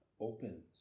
opens